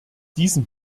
diesen